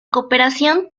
cooperación